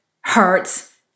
hurts